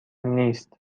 نیست